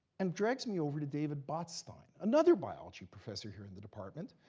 and dragged me over to david botstein, another biology professor here in the department,